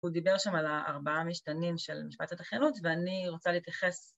הוא דיבר שם על ארבעה משתנים של משפט הדחיינות ואני רוצה להתייחס